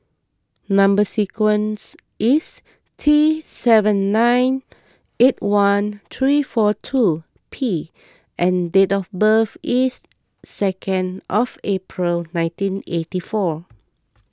Number Sequence is T seven nine eight one three four two P and date of birth is second of April nineteen eighty four